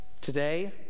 Today